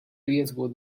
riesgo